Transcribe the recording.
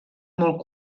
molt